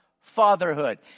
fatherhood